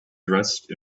dressed